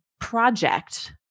project